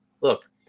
look